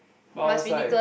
but I was like